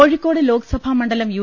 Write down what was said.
കോഴിക്കോട് ലോക്സഭാമണ്ഡലം യു